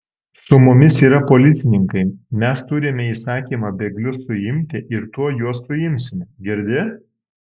su mumis yra policininkai mes turime įsakymą bėglius suimti ir tuoj juos suimsime girdi